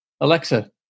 Alexa